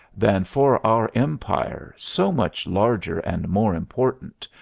than for our empire, so much larger and more important,